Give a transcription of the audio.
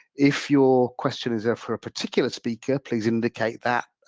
if your question is there for a particular speaker, please indicate that.